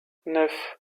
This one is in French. neuf